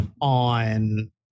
on